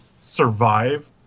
survive